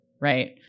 right